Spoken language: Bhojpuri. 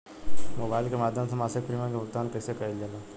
मोबाइल के माध्यम से मासिक प्रीमियम के भुगतान कैसे कइल जाला?